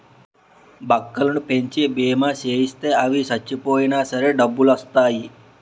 బక్కలను పెంచి బీమా సేయిత్తే అవి సచ్చిపోయినా సరే డబ్బులొత్తాయి